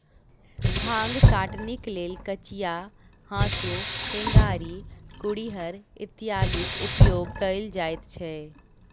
भांग कटनीक लेल कचिया, हाँसू, टेंगारी, कुरिहर इत्यादिक उपयोग कयल जाइत छै